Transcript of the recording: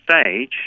stage